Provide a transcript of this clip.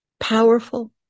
Powerful